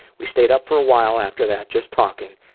we stayed up for a while after that just talking,